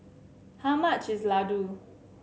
how much is laddu